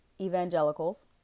evangelicals